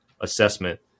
assessment